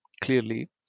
clearly